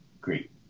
great